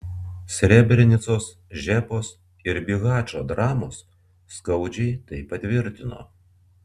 srebrenicos žepos ir bihačo dramos skaudžiai tai patvirtino